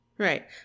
Right